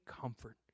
comfort